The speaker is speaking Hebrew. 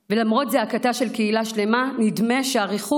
ולמרות זעקתה של קהילה שלמה, נדמה שהריחוק